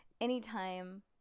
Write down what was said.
Anytime